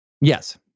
Yes